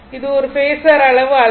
இது ஒரு பேஸர் அளவு அல்ல